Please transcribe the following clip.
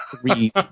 three